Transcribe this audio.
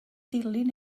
dilyn